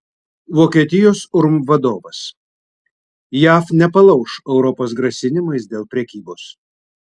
vokietijos urm vadovas jav nepalauš europos grasinimais dėl prekybos